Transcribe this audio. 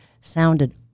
sounded